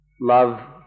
love